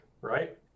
right